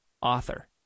author